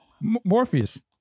Morpheus